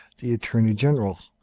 the attorney-general,